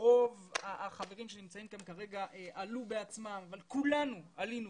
רוב החברים שנמצאים כאן כרגע עלו בעצמם אבל כולנו עלינו,